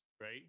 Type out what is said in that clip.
right